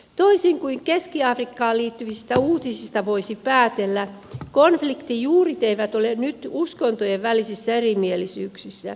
toisin kuin keski afrikkaan liittyvistä uutisista voisi päätellä konfliktin juuret eivät ole nyt uskontojen välisissä erimielisyyksissä